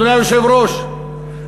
אדוני היושב-ראש,